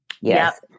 Yes